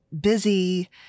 busy